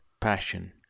passion